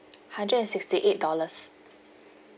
hundred and sixty eight dollars